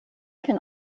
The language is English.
can